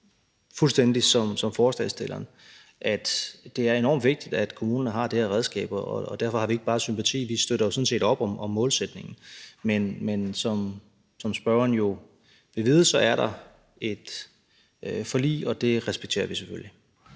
fuldstændig som forslagsstilleren, at det er enormt vigtigt, at kommunerne har det her redskab, og derfor har vi ikke bare sympati med det, vi støtter sådan set op om målsætningen. Men som spørgeren jo vil vide, er der et forlig, og det respekterer vi selvfølgelig.